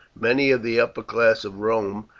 many of the upper class of rome,